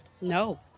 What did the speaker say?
No